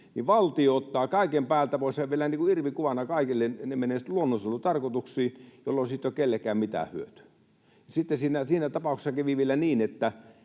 niin valtio ottaa kaiken päältä pois ja vielä niin kuin irvikuvana kaikille, ne menevät sitten luonnonsuojelutarkoituksiin, jolloin siitä ei ole kellekään mitään hyötyä. Sitten siinä tapauksessa kävi vielä niin,